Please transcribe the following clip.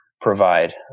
provide